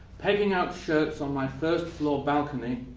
pegging out shirts on my first floor balcony,